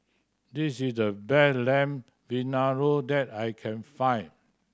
this is the best Lamb Vindaloo that I can find